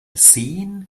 sehen